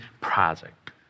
project